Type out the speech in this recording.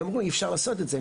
ואמרו אי אפשר לעשות את זה,